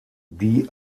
die